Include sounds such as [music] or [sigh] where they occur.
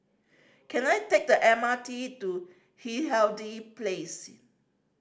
can I take the M R T to [unintelligible] Place